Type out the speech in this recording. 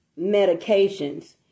medications